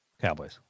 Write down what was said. Cowboys